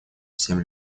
всем